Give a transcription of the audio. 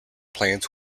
plans